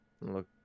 look